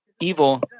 evil